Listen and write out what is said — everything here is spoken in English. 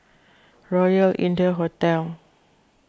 Royal India Hotel